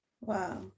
Wow